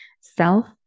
self